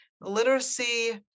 literacy